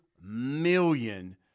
million